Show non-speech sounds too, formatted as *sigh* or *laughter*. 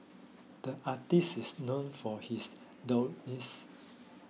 the artist is known for his *unintelligible*